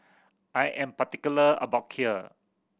I am particular about Kheer